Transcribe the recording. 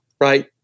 right